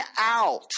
out